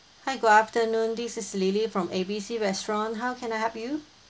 hi good afternoon this is lily from A B C restaurant how can I help you